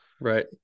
Right